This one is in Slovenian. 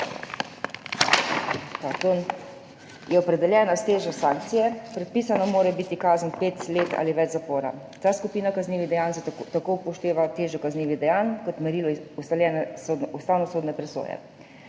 je opredeljena s težo sankcije; predpisana mora biti kazen pet let ali več zapora. Ta skupina kaznivih dejanj tako upošteva težo kaznivih dejanj kot merilo ustaljene ustavnosodne presoje.